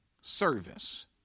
service